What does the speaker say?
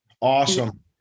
awesome